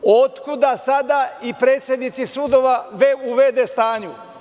Otkuda sada i predsednici sudova u v.d. stanju?